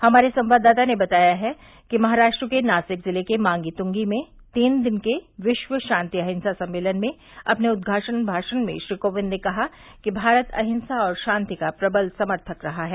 हमारे संवाददाता ने बताया है कि महाराष्ट्र के नासिक जिले के मांगी तुंगी में तीन दिन के विश्व शांति अहिंसा सम्मेलन में अपने उदघाटन भाषण में श्री कोविंद ने कहा कि भारत अहिंसा और शांति का प्रबल समर्थक रहा है